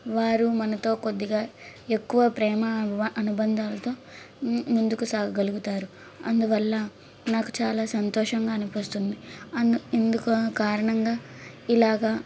వారు మనతో కొద్దిగా ఎక్కువ ప్రేమ అను అనుబంధాలతో ము ముందుకు సాగగలుగుతారు అందువల్ల నాకు చాలా సంతోషంగా అనిపిస్తుంది అందు ఇందుకు కారణంగా ఇలాగ